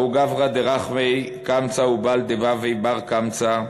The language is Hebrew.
דההוא גברא דרחמיה קמצא, ובעל דבביה בר קמצא,